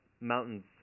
mountains